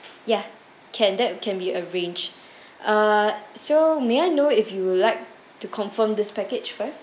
ya can that can be arranged uh so may I know if you would like to confirm this package first